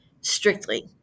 strictly